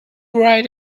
write